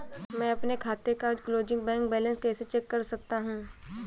मैं अपने खाते का क्लोजिंग बैंक बैलेंस कैसे चेक कर सकता हूँ?